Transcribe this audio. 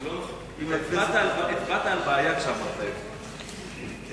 זה לא נכון, הצבעת על בעיה כשאמרת את זה.